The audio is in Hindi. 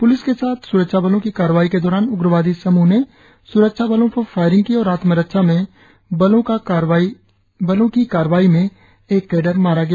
प्लिस के साथ स्रक्षाबलों की कार्रवाई के दौरान उग्रवादी समूह ने स्रक्षाबलों पर फायरिंग की और आत्मरक्षा में बलों का कार्रवाई में एक कैडर मारा गया